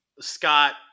Scott